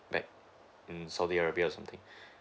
like in saudi arabia or something